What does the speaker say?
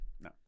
No